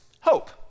hope